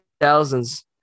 thousands